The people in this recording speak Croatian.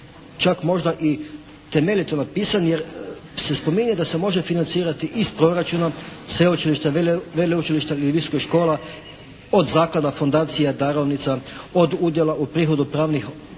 čak možda i temeljito napisan jer se spominje da se može financirati iz proračuna sveučilišta, veleučilišta ili visokih škola, od zaklada, fondacija, darovnica, od udjela u prihodu pravnih osoba